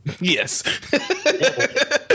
Yes